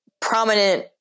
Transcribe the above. prominent